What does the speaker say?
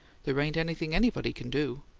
there ain't anything anybody can do!